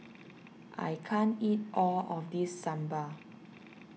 I can't eat all of this Sambar